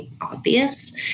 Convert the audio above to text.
obvious